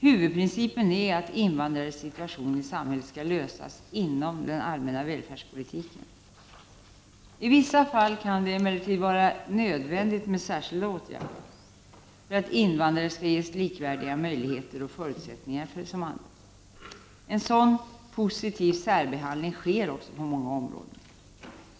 Huvudprincipen är att invandrares situation i samhället skall lösas inom den allmänna välfärdspolitiken. I vissa fall kan det emellertid vara nödvändigt med särskilda åtgärder för att invandrare skall ges likvärdiga möjligheter och förutsättningar som andra. Sådan positiv särbehandling sker också på många olika områden.